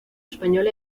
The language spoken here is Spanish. español